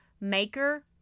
Maker